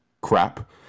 Crap